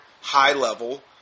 high-level